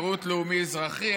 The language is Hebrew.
שירות לאומי-אזרחי,